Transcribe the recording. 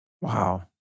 Wow